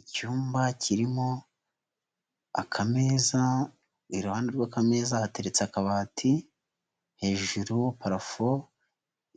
Icyumba kirimo akameza, iruhande rw'akameza hateretse akabati, hejuru parafo